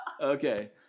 Okay